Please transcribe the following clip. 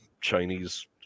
Chinese